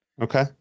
Okay